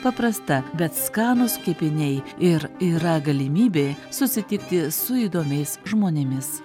paprasta bet skanūs kepiniai ir yra galimybė susitikti su įdomiais žmonėmis